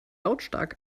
lautstark